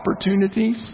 opportunities